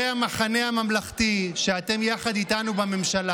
53 מיליארד שקל נתתם למנסור